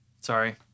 Sorry